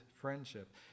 friendship